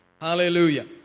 Hallelujah